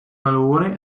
malore